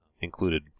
included